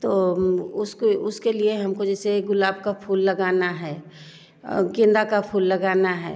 तो उसके उसके लिए हमको जैसे गुलाब का फूल लगाना है गेंदा का फूल लगाना है